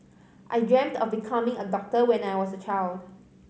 I dreamt of becoming a doctor when I was a child